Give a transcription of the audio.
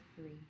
three